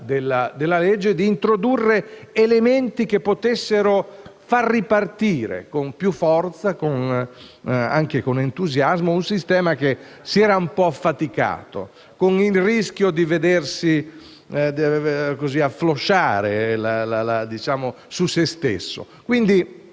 cercato d'introdurre elementi che potessero far ripartire con più forza, anche con entusiasmo, un sistema che si era un po' affaticato, con il rischio di afflosciarsi su se stesso. Era quindi